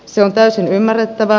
se on täysin ymmärrettävää